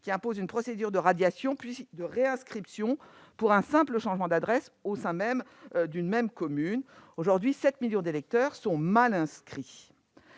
qui impose une procédure de radiation puis de réinscription, y compris lorsque le changement d'adresse se fait au sein d'une même commune. Aujourd'hui, sept millions d'électeurs sont mal inscrits.